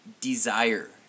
desire